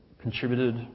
contributed